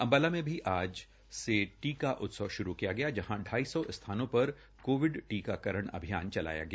अम्बाला में भी आज से टीका उत्सव श्रू किया गया जहां ाई सौ स्थानों पर कोविड टीकाकरण अभियान चलाया गया